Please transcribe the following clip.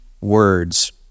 words